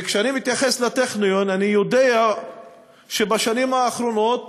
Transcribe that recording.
וכשאני מתייחס לטכניון, אני יודע שבשנים האחרונות